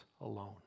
alone